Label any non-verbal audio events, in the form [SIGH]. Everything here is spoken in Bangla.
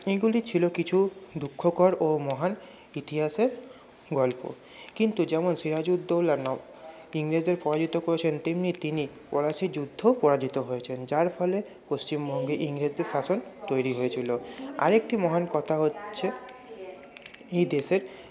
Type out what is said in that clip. এইগুলি ছিলো কিছু দুঃখকর ও মহান ইতিহাসের গল্প কিন্তু যেমন সিরাজউদৌল্লা [UNINTELLIGIBLE] ইংরেজদের পরাজিত করেছেন তেমনি তিনি পলাশীর যুদ্ধও পরাজিত হয়েছেন যার ফলে পশ্চিমবঙ্গে ইংরেজদের শাসন তৈরি হয়েছিলো আরেকটি মহান কথা হচ্ছে এই দেশের